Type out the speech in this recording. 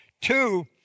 Two